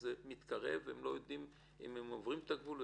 זה מתקרב והם לא יודעים אם הם עוברים את הגבול.